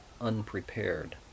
unprepared